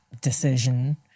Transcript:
decision